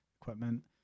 equipment